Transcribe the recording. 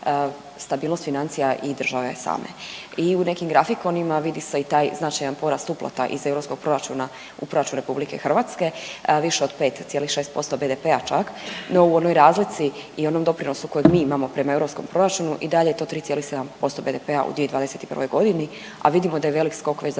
stabilnost financija i države same. I u nekim grafikonima vidi se i taj značajan porast uplata iz europskog proračuna u proračun RH, više od 5,6% BDP-a čak. No, u onoj razlici i u onom doprinosu kojeg mi imamo prema europskom proračunu i dalje je to 3,7% BDP-a u 2021. godini, a vidimo da je veliki skok već